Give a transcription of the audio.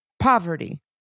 Poverty